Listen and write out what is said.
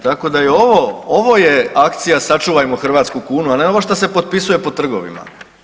Tako da je ovo, ovo je akcija sačuvajmo hrvatsku kunu, a ne ono šta se potpisuje po trgovima.